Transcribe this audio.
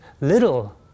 little